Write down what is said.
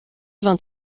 vingt